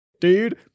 dude